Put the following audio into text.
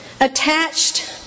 attached